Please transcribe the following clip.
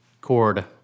chord